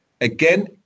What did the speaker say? Again